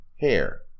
hair